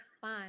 fun